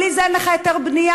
בלי זה אין לך היתר בנייה.